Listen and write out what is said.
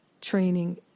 training